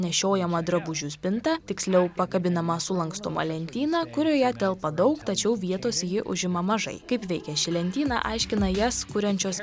nešiojamą drabužių spintą tiksliau pakabinamą sulankstomą lentyną kurioje telpa daug tačiau vietos ji užima mažai kaip veikia ši lentyna aiškina jas kuriančios